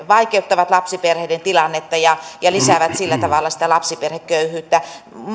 vaikeuttavat lapsiperheiden tilannetta ja ja lisäävät sillä tavalla sitä lapsiperheköyhyyttä